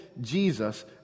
Jesus